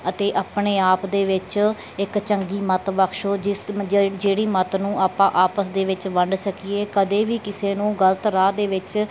ਅਤੇ ਆਪਣੇ ਆਪ ਦੇ ਵਿੱਚ ਇੱਕ ਚੰਗੀ ਮੱਤ ਬਖਸ਼ੋ ਜਿਸ ਨੂੰ ਜਿਹੜੀ ਮੱਤ ਨੂੰ ਆਪਾਂ ਆਪਸ ਦੇ ਵਿੱਚ ਵੰਡ ਸਕੀਏ ਕਦੇ ਵੀ ਕਿਸੇ ਨੂੰ ਗਲਤ ਰਾਹ ਦੇ ਵਿੱਚ